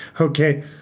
Okay